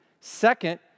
Second